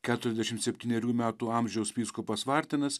keturiasdešim septynerių metų amžiaus vyskupas vardinas